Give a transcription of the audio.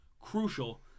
crucial